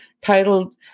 titled